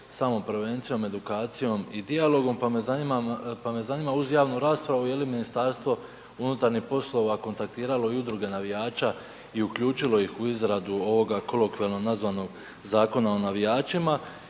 samo prevencijom, edukacijom i dijalogom pa me zanima uz javnu raspravu jeli MUP kontaktiralo i udruge navijača i uključilo ih u izradu ovoga kolokvijalno nazvanog Zakona o navijačima.